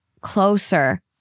closer